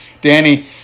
danny